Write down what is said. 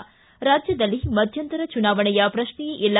ಿ ರಾಜ್ಯದಲ್ಲಿ ಮಧ್ಯಂತರ ಚುನಾವಣೆಯ ಪ್ರಕ್ಷೇಯೇ ಇಲ್ಲ